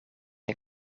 een